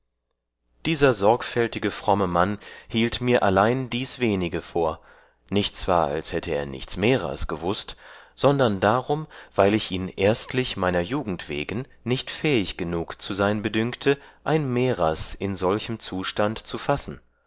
dieser sorgfältige fromme mann hielt mir allein dies wenige vor nicht zwar als hätte er nichts mehrers gewußt sondern darum dieweil ich ihn erstlich meiner jugend wegen nicht fähig genug zu sein bedünkte ein mehrers in solchem zustand zu fassen